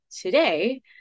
today